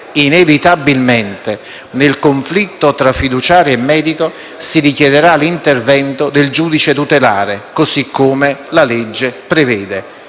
inevitabilmente, nel conflitto tra fiduciario e medico si richiederà l'intervento del giudice tutelare, così come prevede